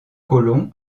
colon